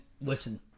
listen